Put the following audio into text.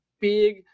big